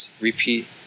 Repeat